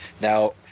Now